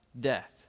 death